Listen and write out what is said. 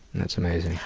that's amazing.